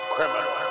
Criminal